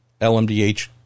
lmdh